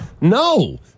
no